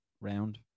round